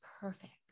perfect